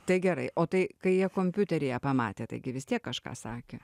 tai gerai o tai kai jie kompiuteryje pamatė taigi vis tiek kažką sakė